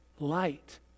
Light